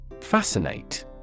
Fascinate